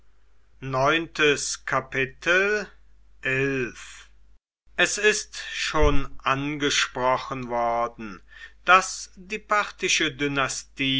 es ist schon ausgesprochen worden daß die parthische